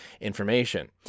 information